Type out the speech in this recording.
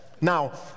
Now